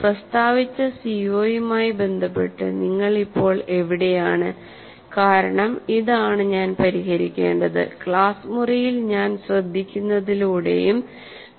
പ്രസ്താവിച്ച സിഒയുമായി ബന്ധപ്പെട്ട് നിങ്ങൾ ഇപ്പോൾ എവിടെയാണ് കാരണം ഇതാണ് ഞാൻ പരിഹരിക്കേണ്ടത് ക്ലാസ് മുറിയിൽ ഞാൻ ശ്രദ്ധിക്കുന്നതിലൂടെയും